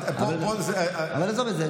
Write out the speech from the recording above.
אבל עזוב את זה.